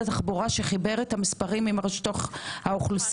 התחבורה שחיבר את המספרים עם רשות האוכלוסין.